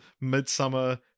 midsummer